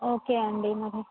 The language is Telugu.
ఓకే అండి మరి